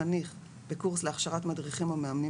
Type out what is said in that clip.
חניך בקורס להכשרת מדריכים או מאמנים